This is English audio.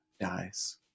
dies